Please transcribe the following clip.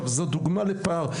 זו דוגמה לפער.